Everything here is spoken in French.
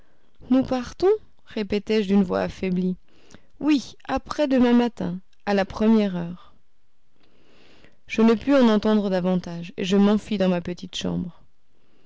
nous partons répétai-je d'une voix affaiblie oui après-demain matin à la première heure je ne pus en entendre davantage et je m'enfuis dans ma petite chambre